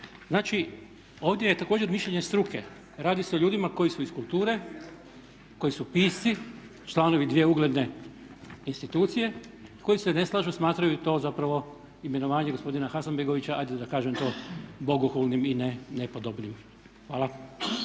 Znači, ovdje je također mišljenje struke. Radi se o ljudima koji su iz kulture, koji su pisci, članovi dvije ugledne institucije i koji se ne slažu i smatraju imenovanje gospodina Hasanbegovića ajde da kažem to bogohulnim i nepodobnim. Hvala.